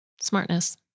Smartness